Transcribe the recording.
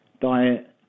diet